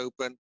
open